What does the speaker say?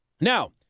Now